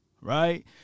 right